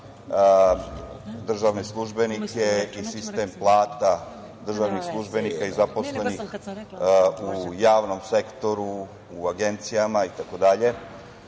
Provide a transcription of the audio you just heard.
državne službenike i sistem plata državnih službenika i zaposlenih u javnom sektoru, u agencijama itd,